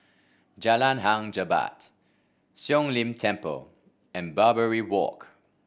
Jalan Hang Jebat Siong Lim Temple and Barbary Walk